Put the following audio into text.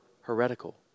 heretical